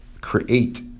create